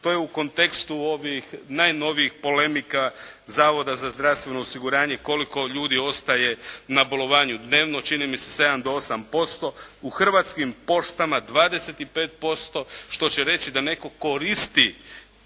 To je u kontekstu ovih najnovijih polemika Zavoda za zdravstveno osiguranje koliko ljudi ostaje na bolovanju dnevno. Čini mi se 7 do 8 posto. U Hrvatskim poštama 25% što će reći da netko koristi